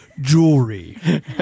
jewelry